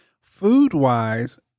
food-wise